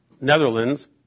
Netherlands